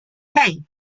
hey